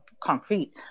concrete